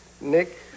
Nick